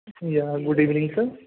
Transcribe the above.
yeah good evening sir